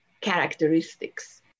characteristics